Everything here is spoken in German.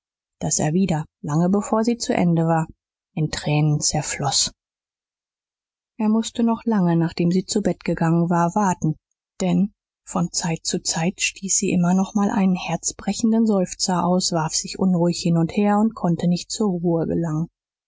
daß er wieder lange bevor sie zu ende war in tränen zerfloß er mußte noch lange nachdem sie zu bett gegangen war warten denn von zeit zu zeit stieß sie immer noch mal einen herzbrechenden seufzer aus warf sich unruhig hin und her und konnte nicht zur ruhe gelangen